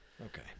Okay